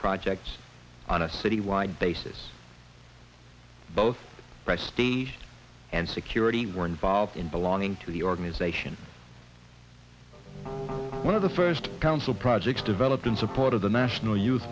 projects on a city wide basis both prestige and security were involved in belonging to the organisation one of the first council projects developed in support of the national youth